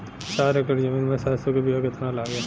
चार एकड़ जमीन में सरसों के बीया कितना लागी?